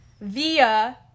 via